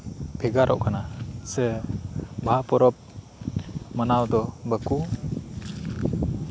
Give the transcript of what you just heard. ᱵᱷᱟᱜᱟᱨᱚᱜ ᱠᱟᱱᱟ ᱥᱮ ᱵᱟᱦᱟ ᱯᱚᱨᱚᱵᱽ ᱢᱟᱱᱟᱣ ᱫᱚ ᱵᱟᱠᱚ